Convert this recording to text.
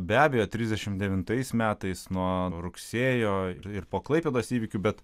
be abejo trisdešimt devintais metais nuo rugsėjo ir po klaipėdos įvykių bet